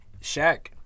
Shaq